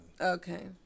Okay